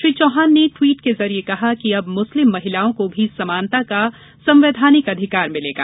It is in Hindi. श्री चौहान ने ट्वीट के जरिए कहा कि अब मुस्लिम महिलाओं को भी समानता का संवैधानिक अधिकार मिलेगा